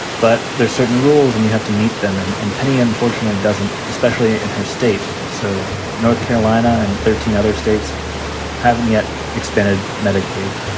but there's certain rules. and you have to meet them. and and penny, unfortunately, doesn't, especially in her state. so north carolina and thirteen other states haven't yet expanded medicaid,